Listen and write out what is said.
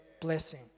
blessing